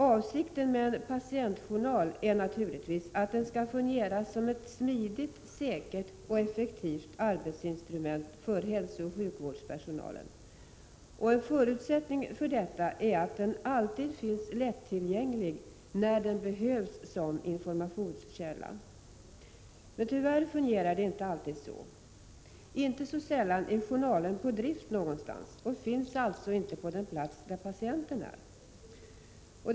Avsikten med en patientjournal är naturligtvis att den skall fungera som ett smidigt, säkert och effektivt arbetsinstrument för hälsooch sjukvårdspersonalen, och en förutsättning för detta är att den alltid finns lättillgänglig när den behövs som informationskälla. Tyvärr fungerar det inte alltid så. Inte sällan är journalen på drift någonstans och finns alltså inte på den plats där patienten är.